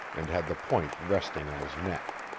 and had the point resting on his neck.